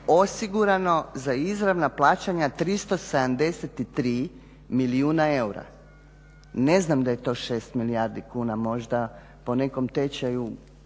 osigurano za izravna plaćanja 373 milijuna eura. Ne znam da je to 6 milijardi kuna možda po nekom tečaju